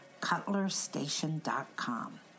CutlerStation.com